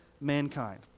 mankind